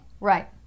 Right